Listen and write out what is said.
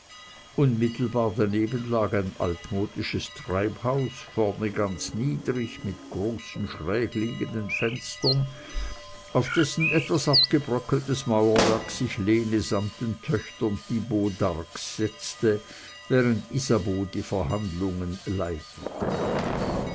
unmittelbar daneben lag ein altmodisches treibhaus vorne ganz niedrig mit großen schrägliegenden fenstern auf dessen etwas abgebröckeltes mauerwerk sich lene samt den töchtern thibaut d'arcs setzte während isabeau die verhandlungen leitete